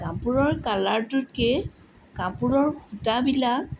কাপোৰৰ কালাৰটোতকৈ কাপোৰৰ সূতাবিলাক